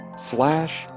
slash